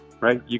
right